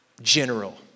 general